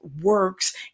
works